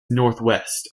northwest